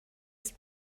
ist